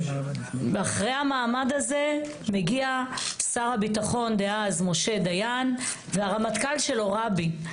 אחרי המעמד הזה מגיע שר הביטחון דאז משה דיין והרמטכ"ל שלו רבין.